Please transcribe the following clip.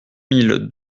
mille